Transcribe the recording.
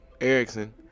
Erickson